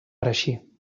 reeixir